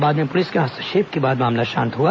बाद में पुलिस के हस्तक्षेप के बाद मामला शांत हुआ